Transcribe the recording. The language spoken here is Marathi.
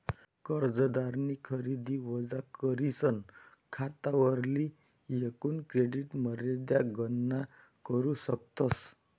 कर्जदारनी खरेदी वजा करीसन खातावरली एकूण क्रेडिट मर्यादा गणना करू शकतस